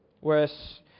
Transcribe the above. Whereas